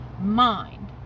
mind